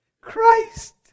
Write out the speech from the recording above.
Christ